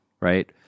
right